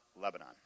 Lebanon